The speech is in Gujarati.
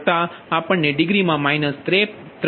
2 ડિગ્રી બરાબર છે